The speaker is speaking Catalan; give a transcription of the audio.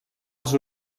els